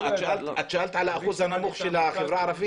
את שאלת על השיעור הנמוך של החברה הערבית.